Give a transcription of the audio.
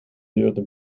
duurde